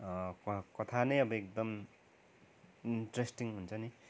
कथा नै अब एकदम इन्ट्रेस्टिङ हुन्छ नि अब